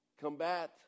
combat